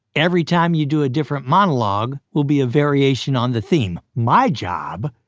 every time you do a different monologue will be a variation on the theme. my job,